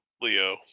Leo